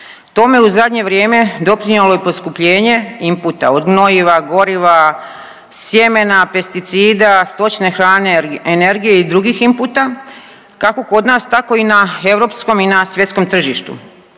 Tome je u zadnje vrijeme doprinijelo i poskupljenje inputa od gnojiva, goriva, sjemena, pesticida, stočne hrane, energije i drugih inputa, kako kod nas, tako i na europskom i na svjetskom tržištu.